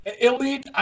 elite